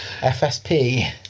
FSP